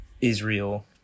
Israel